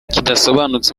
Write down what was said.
kidasobanutse